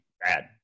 bad